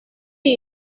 iyi